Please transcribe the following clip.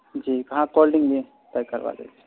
جی کہاں cold drink بھی pack کروا دیتے ہیں